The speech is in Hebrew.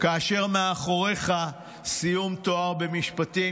כאשר מאחוריך סיום תואר במשפטים,